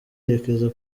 yerekeza